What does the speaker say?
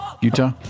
Utah